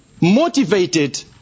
Motivated